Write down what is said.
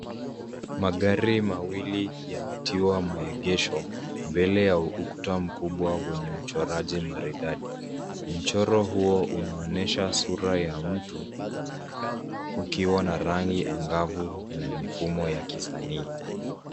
Magari mawili yametiwa maegesho mbele ya ukuta mkubwa wenye uchoraji maridadi. Mchoro huo unaonyesha sura ya mtu ukiwa na rangi angavu na mifumo ya kisanii.